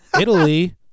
Italy